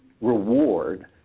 reward